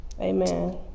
Amen